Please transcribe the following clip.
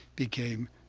became